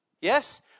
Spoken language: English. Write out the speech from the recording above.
Yes